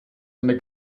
eine